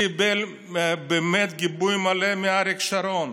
קיבל באמת גיבוי מלא מאריק שרון.